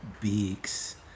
Beaks